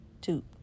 Two